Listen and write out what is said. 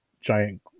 giant